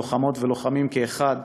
לוחמות ולוחמים כאחד,